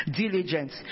diligence